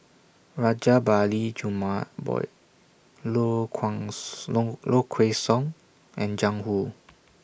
Rajabali Jumabhoy Low Low Kway Song and Jiang Hu